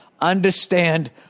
Understand